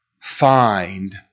find